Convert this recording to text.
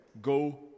Go